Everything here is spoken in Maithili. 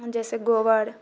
जैसे गोबर